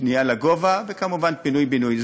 ובנייה לגובה, וכמובן פינוי-בינוי.